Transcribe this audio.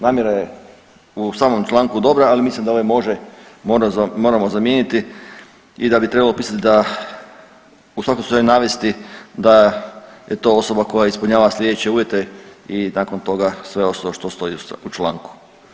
Namjera je u samom članku dobra, ali mislim da ovaj može moramo zamijeniti i da bi trebalo pisati da, u svakom ... navesti da je to osoba koja ispunjava sljedeće uvjete i nakon toga sve ostalo što stoji u članku.